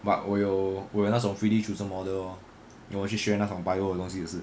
but 我有我有那种 freely choose model lor then 我去学那种 bio 的东西也是